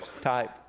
type